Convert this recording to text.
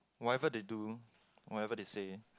whatever they do whatever they say